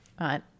right